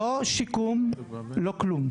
לא שיקום, לא כלום.